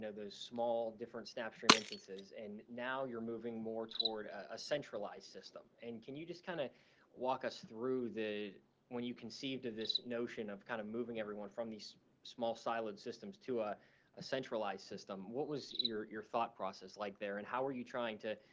those small different snapchat instances. and now you're moving more toward a centralized system. and can you just kind of walk us through when you conceived of this notion of kind of moving everyone from these small siloed systems to ah a centralized system? what was your your thought process like there? and how were you trying to,